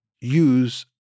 use